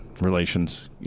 relations